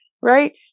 right